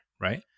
right